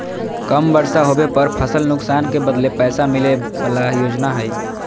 कम बर्षा होबे पर फसल नुकसान के बदले पैसा मिले बला योजना हइ